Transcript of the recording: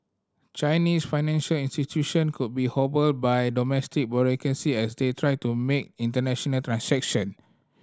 Chinese financial institution could be hobbled by domestic bureaucracy as they try to make international transaction